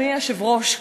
אדוני היושב-ראש,